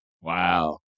Wow